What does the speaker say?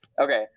Okay